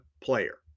player